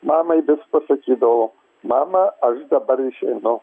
mamai vis pasakydavau mama aš dabar išeinu